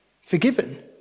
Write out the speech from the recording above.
Forgiven